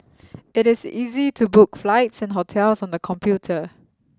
it is easy to book flights and hotels on the computer